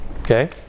Okay